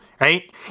right